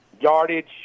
Yardage